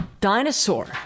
dinosaur